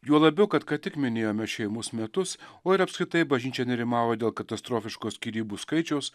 juo labiau kad ką tik minėjome šeimos metus o ir apskritai bažnyčia nerimavo dėl katastrofiško skyrybų skaičiaus